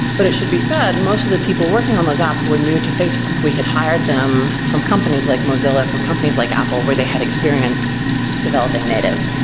but it should be said, most of the people working on those apps were new to facebook. we had hired them from companies like mozilla, from companies like apple where they had experience developing native.